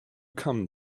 come